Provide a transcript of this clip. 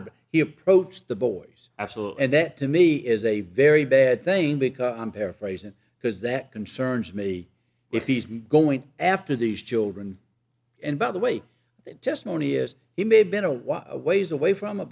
about he approached the boers absolutely and that to me is a very bad thing because i'm paraphrasing because that concerns me if he's going after these children and by the way that testimony is he may have been a wild ways away from